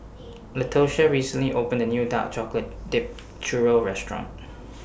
Latosha recently opened A New Dark Chocolate Dipped Churro Restaurant